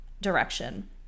direction